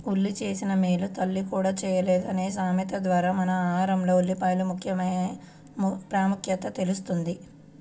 ఉల్లి చేసిన మేలు తల్లి కూడా చేయలేదు అనే సామెత ద్వారా మన ఆహారంలో ఉల్లిపాయల ప్రాముఖ్యత తెలుస్తుంది